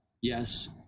Yes